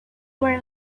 were